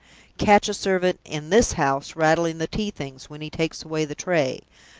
catch a servant in this house rattling the tea-things when he takes away the tray!